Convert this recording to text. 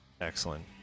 Excellent